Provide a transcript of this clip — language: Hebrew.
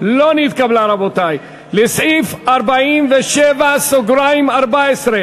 קבוצת סיעת מרצ,